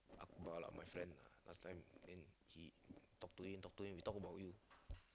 Akbar lah my friend last time then he talk to him talk to him we talk about you